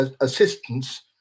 assistance